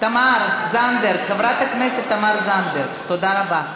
תמר זנדברג, חברת הכנסת תמר זנדברג, תודה רבה.